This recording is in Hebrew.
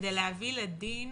כדי להביא לדין